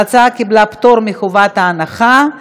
ההצעה קיבלה פטור מחובת ההנחה.